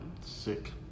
Sick